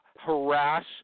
harass